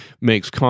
makes